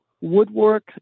woodwork